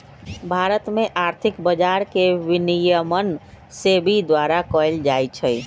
भारत में आर्थिक बजार के विनियमन सेबी द्वारा कएल जाइ छइ